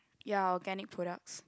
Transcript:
ya organic products